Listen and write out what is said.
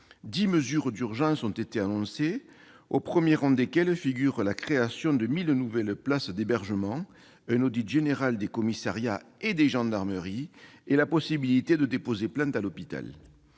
Dix mesures d'urgence ont été annoncées, aux premiers rangs desquelles figurent la création de 1 000 nouvelles places d'hébergement, un audit général des commissariats et des gendarmeries et la possibilité de déposer plainte à l'hôpital.